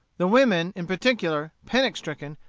the women in particular, panic-stricken,